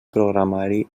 programari